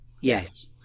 Yes